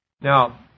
Now